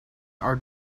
are